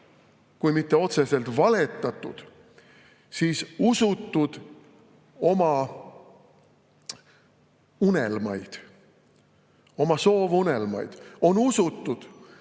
kui mitte otseselt valetatud, siis usutud oma unelmaid. Oma soovunelmaid! On usutud,